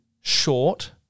short